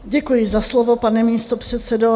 Děkuji za slovo, pane místopředsedo.